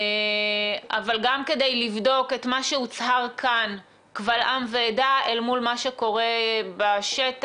אבל גם כדי לבדוק את מה שהוצהר כאן קבל עם ועדה אל מול מה שקורה בשטח.